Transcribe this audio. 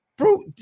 Bro